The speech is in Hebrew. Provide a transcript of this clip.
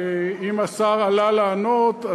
שאם השר עלה לענות,